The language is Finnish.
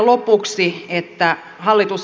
mutta summa summarum